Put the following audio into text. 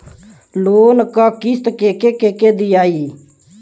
Loan क किस्त के के दियाई?